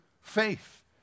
faith